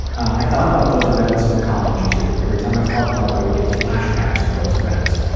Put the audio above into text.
i thought about those events in college, too. every time i fucked up, i would get flashbacks of those events.